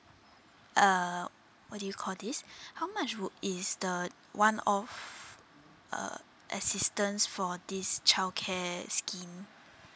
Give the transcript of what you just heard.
uh what do you call this how much would is the one of uh assistance for this childcare scheme